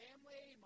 Family